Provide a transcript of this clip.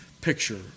picture